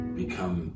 become